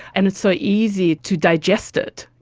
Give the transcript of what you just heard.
and it's so easy to digest it,